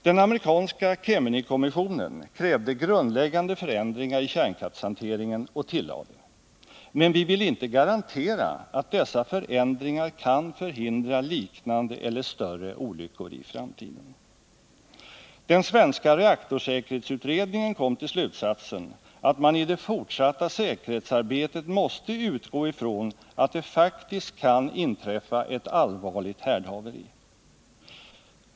Den amerikanska Kemeny-kommissionen krävde grundläggande förändringar i kärnkrafthanteringen och tillade: ”Men vi vill inte garantera att dessa förändringar kan förhindra liknande eller större olyckor i framtiden.” Den svenska reaktorsäkerhetsutredningen kom till slutsatsen att man ”i det fortsatta säkerhetsarbetet måste utgå ifrån att det faktiskt kan inträffa ett allvarligt härdhaveri”.